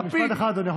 לא, משפט אחד, אדוני.